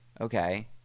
Okay